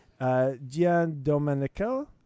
Giandomenico